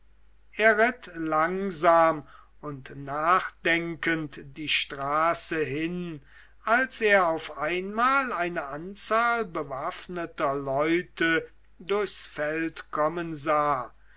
er ritt langsam und nachdenkend die straße hin als er auf einmal eine anzahl bewaffneter leute durchs feld kommen sah